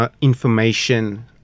information